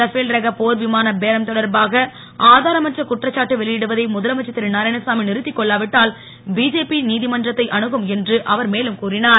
Rafale ரக போர் விமான பேரம் தொடர்பாக ஆதாரமற்ற குற்றச்சாட்டு வெளியிடுவதை முதலமைச்சர் திரு நாராயணசாமி நிறுத்திக் கொள்ளாவிட்டால் பிஜேபி நீதிமன்றத்தை அணுகும் என்று அவர் மேலும் கூறினார்